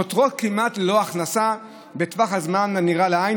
נותרות כמעט ללא הכנסה בטווח הזמן הנראה לעין